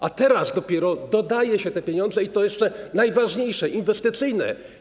A teraz dopiero dodaje się te pieniądze i to jeszcze najważniejsze - inwestycyjne.